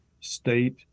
state